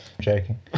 Joking